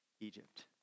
Egypt